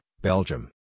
Belgium